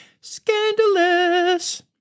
Scandalous